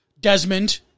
Desmond